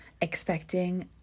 expecting